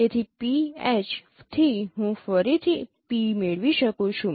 તેથી PH થી હું ફરીથી P મેળવી શકું છું